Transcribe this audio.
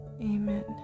Amen